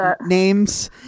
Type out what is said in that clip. names